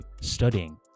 studying